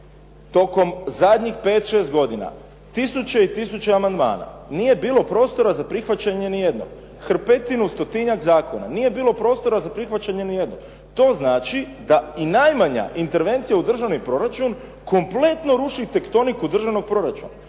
tokom zadnjih pet, šest godina tisuće i tisuće amandmana. Nije bilo prostora za prihvaćanje nijednog. Hrpetinu, stotinjak zakona, nije bilo prostora za prihvaćanje nijednog. To znači da i najmanja intervencija u državni proračun kompletno ruši tektoniku državnog proračuna.